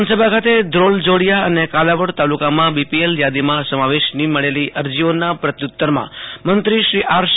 વિધાનસભા ખાતે ધ્રોલ જોડીયા અને કાલાવડ તાલુકામાં બીપીએલ યાદીમાં સમાવેશની મળેલી અરજીઓના પ્રત્યુ તરમાં મંત્રી શ્રી આરસી